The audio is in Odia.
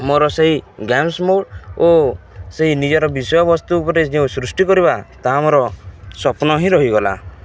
ମୋର ସେଇ ଗେମ୍ସ ମୋଡ଼ ଓ ସେଇ ନିଜର ବିଷୟବସ୍ତୁ ଉପରେ ଯେଉଁ ସୃଷ୍ଟି କରିବା ତା ମୋର ସ୍ୱପ୍ନ ହିଁ ରହିଗଲା